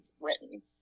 written